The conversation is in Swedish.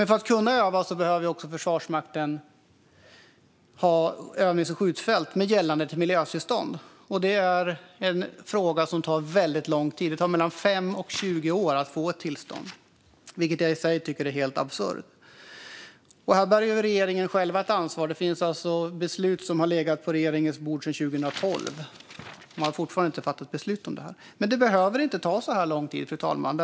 För att kunna öva behöver Försvarsmakten också ha övnings och skjutfält med gällande miljötillstånd, vilket tar väldigt lång tid att få. Det tar 5-20 år att få ett tillstånd, vilket jag tycker är helt absurt. Här bär regeringen själv ett ansvar. Det finns alltså förslag som har legat på regeringens bord sedan 2012, men man har fortfarande inte fattat beslut. Men det behöver inte ta så här lång tid, fru talman.